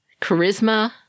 charisma